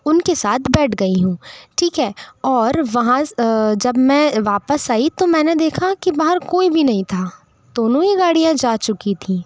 उनके साथ बैठ गई हूँ ठीक है और वहाँ जब मैं वापस आई तो मैंने देखा कि बाहर कोई भी नहीं था दोनों ही गाड़ियाँ जा चुकी थीं